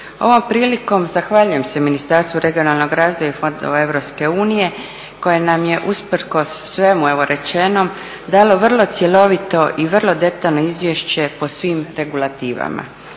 Ovom prilikom zahvaljujem se Ministarstvu regionalnog razvoja i fondova EU koja nam je usprkos svemu rečenom dala vrlo cjelovito i vrlo detaljno izvješće po svim regulativama